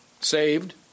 saved